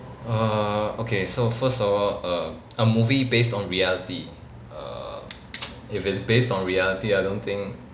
err okay so first of all um a movie based on reality err if it's based on reality I don't think